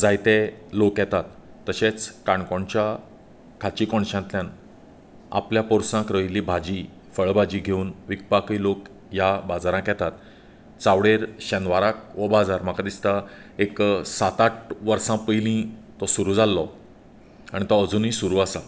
जायतें लोक येतात तशेंच काणकोणच्या खाची कोणशांतल्यान आपल्या पोरसांत रयिल्ली भाजी फळभाजी घेवन विकपाकय लोक ह्या बाजाराक येतात चावडेर शेनवाराक हो बाजार म्हाका दिसता एक सात आठ वर्सां पयली तो सुरू जाल्लो आनी तो अजूनय सुरू आसा